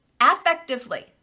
affectively